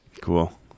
Cool